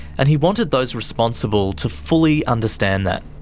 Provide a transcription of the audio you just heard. and he wanted those responsible to fully understand that.